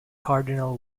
cardinal